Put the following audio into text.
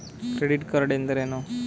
Credit card ಎಂದರೇನು?